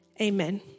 Amen